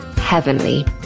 heavenly